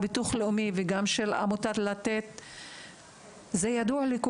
זה אומר שיש היום לא מעט בתי ספר שמגיע